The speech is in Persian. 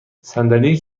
صندلی